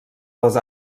les